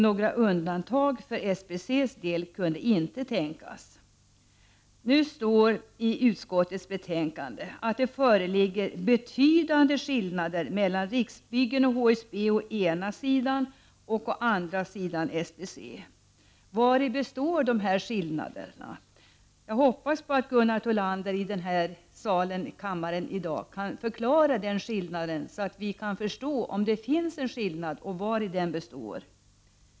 Några undantag för SBC:s del kunde inte tänkas. Nu står det i utskottets betänkande att det föreligger betydande skillnader mellan Riksbyggen och HSB å ena sidan och SBC å andra sidan. Vari består dessa skillnader? Jag hoppas att Gunnar Thollander kan förklara detta här i kammaren i dag så att vi får se om det finns en skillnad och vari den består.